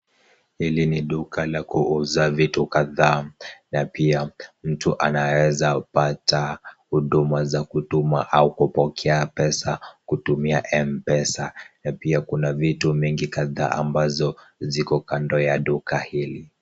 Hili ni duka la kuuza vitu kadhaa na pia mtu anaweza pata huduma za kutuma au kupokea pesa kutumia M-Pesa na pia kuna vitu mingi kadhaa ambazo ziko kando ya duka hili.